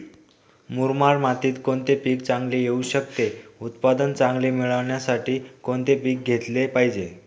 मुरमाड मातीत कोणते पीक चांगले येऊ शकते? उत्पादन चांगले मिळण्यासाठी कोणते पीक घेतले पाहिजे?